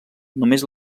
només